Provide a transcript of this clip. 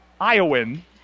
Iowan